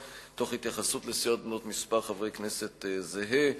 תוך התייחסות לסיעות בנות מספר חברי כנסת זהה.